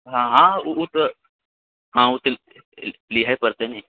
हँ ओ तऽ हँ ओ तऽ लिहे पड़तै ने